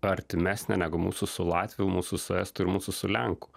artimesnė negu mūsų su latvių mūsų su estų ir mūsų su lenkų